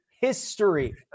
history